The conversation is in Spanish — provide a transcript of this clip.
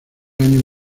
año